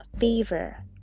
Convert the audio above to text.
favor